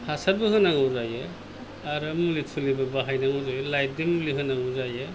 हासारबो होनांगौ जायो आरो मुलि थुलिबो बाहायनांगौ जायो लाइटजों मुलि होनांगौ जायो